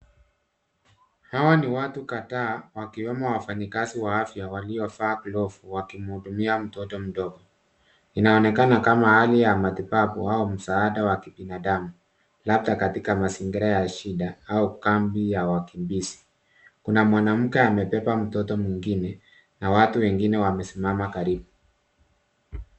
Hawa ni watu kadhaa wakiwemo wafanyikazi wa afya waliovaa glovu wakimhudumia mtoto mdogo. Inaonekaka kama hali ya matibabu au msaada wa kibinadamu labda katika mazingira ya shida au kambi ya wakimbizi. Kuna mwanamke amebeba mtoto mwingine na watu wengine wamesimama karibu.